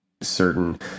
certain